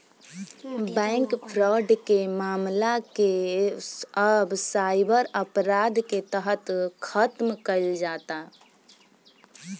bank fraud के मामला के अब साइबर अपराध के तहत खतम कईल जाता